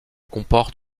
comportent